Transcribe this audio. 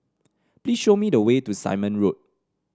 please show me the way to Simon Road